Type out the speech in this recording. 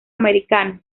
americano